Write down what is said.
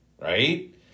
right